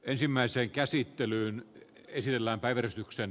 ensimmäiseen tähän aiheeseen energiaa